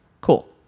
cool